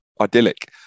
idyllic